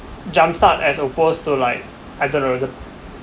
jump start as opposed to like I don't know the